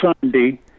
Sunday